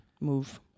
move